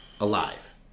Alive